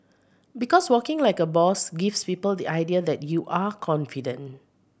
because walking like a boss gives people the idea that you are confident